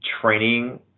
training